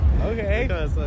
Okay